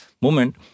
moment